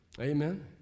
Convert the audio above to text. amen